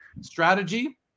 strategy